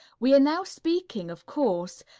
we are now speaking, of course,